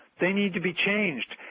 they need to be changed,